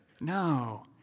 No